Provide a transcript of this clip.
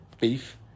beef